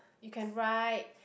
you can write